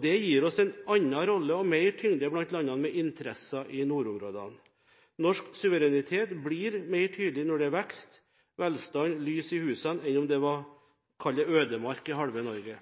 Det gir oss en annen rolle og mer tyngde blant landene med interesser i nordområdene. Norsk suverenitet blir mer tydelig når det er vekst, velstand og lys i husene enn om det var, kall det, ødemark i halve Norge.